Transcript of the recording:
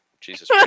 Jesus